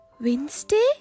Wednesday